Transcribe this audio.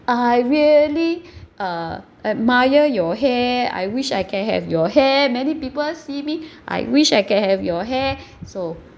I really uh admire your hair I wish I can have your hair many people see me I wish I can have your hair so